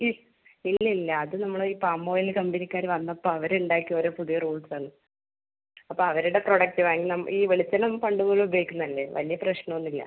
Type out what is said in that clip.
ഹ്മ് പിന്ന ഇല്ല അത് നമ്മൾ ഈ പാമോയില് കമ്പനിക്കാര് വന്നപ്പം അവര് ഇണ്ടാക്കിയ ഓരോ പുതിയ റൂൾസ് ആണ് അപ്പം അവരുടെ പ്രൊഡക്റ്റ് വാങ്ങി ഈ വെളിച്ചെണ്ണ പണ്ട് മുതല് ഉപയോഗിക്കുന്നതല്ലേ വലിയ പ്രശ്നം ഒന്നും ഇല്ല